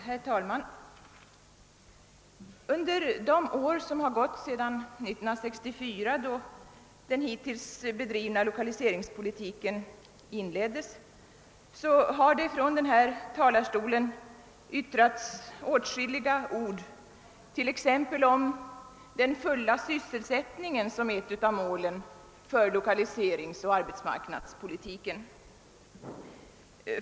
Herr talman! Under de år som gått sedan 1964, när den hittills bedrivna 1okaliseringspolitiken inleddes, har det från denna talarstol yttrats åtskilliga ord t.ex. om den fulla sysselsättningen såsom ett av målen för lokaliseringsoch arbetsmarknadspolitiken.